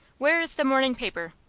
where is the morning paper?